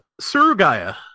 Surugaya